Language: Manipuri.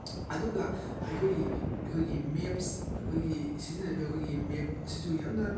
ꯑꯗꯨꯒ ꯑꯩꯈꯣꯏꯒꯤ ꯃꯦꯞꯁ ꯑꯩꯈꯣꯏꯒꯤ ꯁꯤꯖꯤꯟꯅꯔꯤꯕ ꯑꯩꯈꯣꯏꯒꯤ ꯃꯦꯞꯁ ꯑꯁꯤꯁꯨ ꯌꯥꯝꯅ